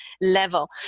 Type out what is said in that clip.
level